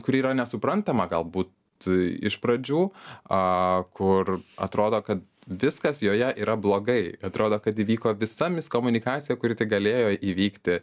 kuri yra nesuprantama galbūt tai iš pradžių kur atrodo kad viskas joje yra blogai atrodo kad įvyko visa komunikacija kuri tik galėjo įvykti